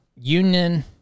union